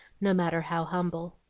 no matter how humble.